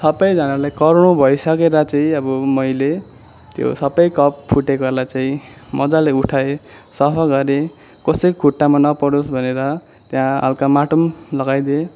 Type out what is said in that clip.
सबैजानाले कराउनु भइसकेर चाहिँ मैले त्यो सबै कप फुटेकोलाई चाहिँ मजाले उठाएँ सफा गरेँ कसैको खुट्टामा नपरोस् भनेर त्यहाँ हलका माटो पनि लगाइदिएँ